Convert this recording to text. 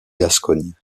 gascogne